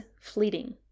fleeting